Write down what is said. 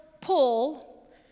pull